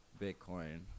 Bitcoin